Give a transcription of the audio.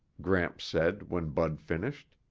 gramps said when bud finished.